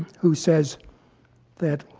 who says that,